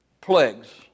plagues